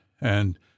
and—